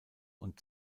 und